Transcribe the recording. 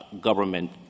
government